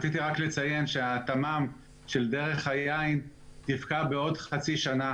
רציתי רק לציין שהתמ"מ של דרך היין תפקע בעוד חצי שנה,